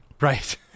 Right